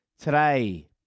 today